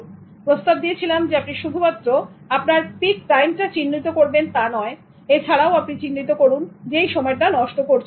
আমি প্রস্তাব দিয়েছিলাম আপনি শুধুমাত্র আপনার পিকটা চিহ্নিত করবেন তা নয় এছাড়াও আপনি চিহ্নিত করুন যেই সময়টা নষ্ট করছেন